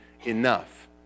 enough